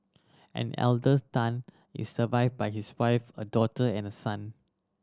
an elders Tan is survived by his wife a daughter and a son